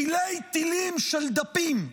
תילי-תלים של דפים,